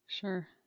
Sure